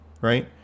right